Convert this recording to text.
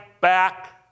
back